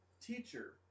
teacher